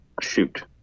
shoot